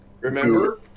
remember